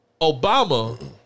Obama